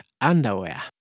underwear